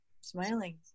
smiling